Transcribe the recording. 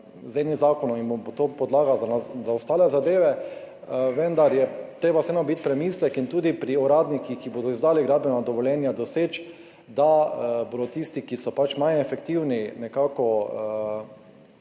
ni zakonov in bo to podlaga za ostale zadeve. Vendar je treba vseeno narediti premislek in tudi pri uradnikih, ki bodo izdajali gradbena dovoljenja, doseči tiste, ki so manj efektivni, nekako